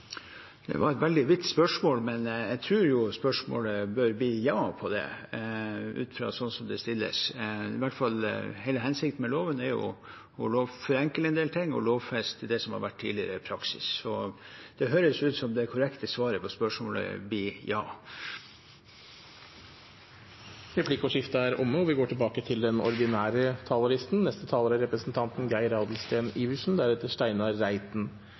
det bør bli ja, ut fra sånn det stilles. Hele hensikten med loven er jo å forenkle en del ting og lovfeste det som har vært tidligere praksis, så det høres ut som det korrekte svaret på spørsmålet blir ja. Replikkordskiftet er omme. De talere som heretter får ordet, har en taletid på inntil 3 minutter. Regjeringen legger til